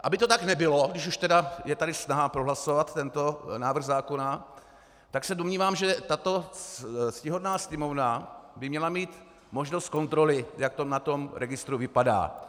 Aby to tak nebylo, když už je tu snaha prohlasovat tento návrh zákona, tak se domnívám, že tato ctihodná Sněmovna by měla mít možnost kontroly, jak to na tom registru vypadá.